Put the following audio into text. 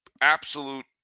absolute